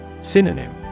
Synonym